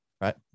right